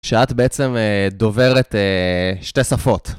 שאת בעצם דוברת שתי שפות.